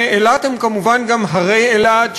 ואילת היא כמובן גם הרי אילת,